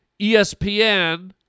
ESPN